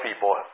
people